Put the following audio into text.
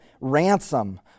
ransom